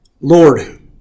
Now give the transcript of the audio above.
Lord